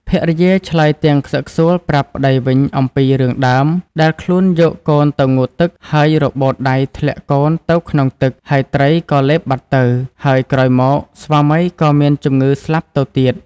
ភរិយាឆ្លើយទាំងខ្សឹកខ្សួលប្រាប់ប្ដីវិញអំពីរឿងដើម ដែលខ្លួនយកកូនទៅងូតទឹកហើយរបូតដៃធ្លាក់កូនទៅក្នុងទឹក ហើយត្រីក៏លេបបាត់ទៅ ហើយក្រោយមក ស្វាមីក៏មានជំងឺស្លាប់ទៅទៀត។